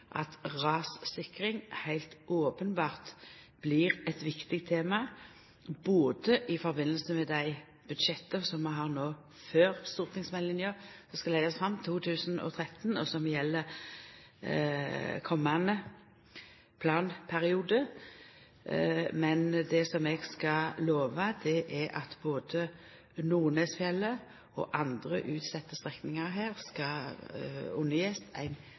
at rassikring heilt openbert blir eit viktig tema i samband med dei budsjetta som vi har no, før stortingsmeldinga som skal leggjast fram i 2013, og som gjeld komande planperiode. Men det som eg skal lova, er at både Nordnesfjellet og andre utsette strekningar her skal